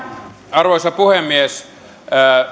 arvoisa puhemies